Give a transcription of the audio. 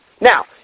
Now